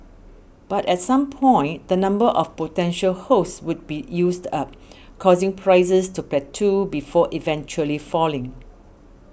but at some point the number of potential host would be used up causing prices to plateau before eventually falling